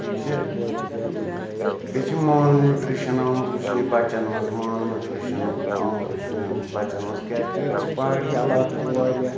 ٹھیٖک چھا بیٚیہِ چھِ مالنیوٗٹِرٛشَن آمُت وٕچھنہِ بَچَن منٛز مالنیوٗٹِرٛشَن آمُت وٕچھنہِ بَچَن منٛز کیٛازِکہِ ییٚتہِ چھِ پہاڑی علاقہٕ تہِ واریاہ